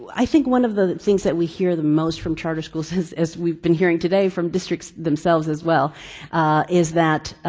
i think one of the things that we hear the most from charter schools as we've been hearing today from districts themselves as well is that